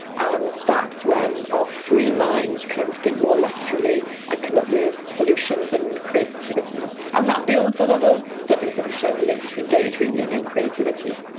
and that's when our free minds can think more laterally and come up with solutions and creativity. and that builds on other studies that have shown the link between daydreaming and creativity.